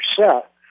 set